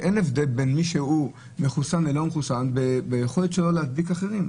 אין הבדל בין מי שהוא מחוסן למי שאינו מחוסן ביכולת שלו להדביק אחרים.